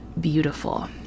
beautiful